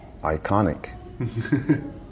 Iconic